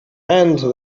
hand